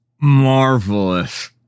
Marvelous